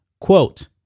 Quote